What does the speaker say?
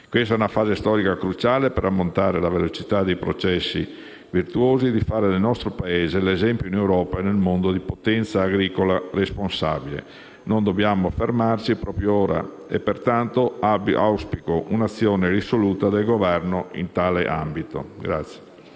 Questa è una fase storica cruciale per aumentare la velocità di questi processi virtuosi e fare del nostro Paese l'esempio in Europa e nel mondo di potenza agricola responsabile. Non possiamo fermarci proprio ora e pertanto auspico un'azione risoluta del Governo in tale ambito.